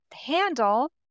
handle